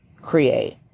create